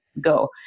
go